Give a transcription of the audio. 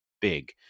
big